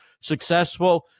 successful